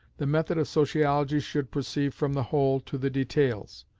the method of sociology should proceed from the whole to the details.